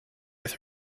with